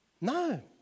No